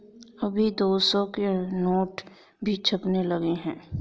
अभी दो सौ के नोट भी छपने लगे हैं